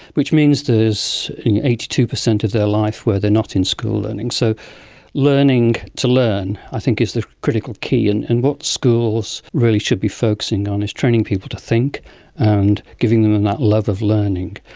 which means there's eighty two percent of their life where they are not in school learning. so learning to learn i think is the critical key, and and what schools really should be focusing on is training people to think and giving them that love of learning,